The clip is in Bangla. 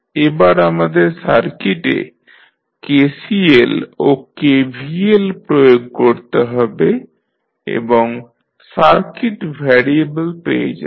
এবার আমাদের সার্কিটে KCL ও KVL প্রয়োগ করতে হবে এবং সার্কিট ভ্যারিয়েবল পেয়ে যাবেন